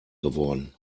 geworden